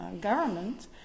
government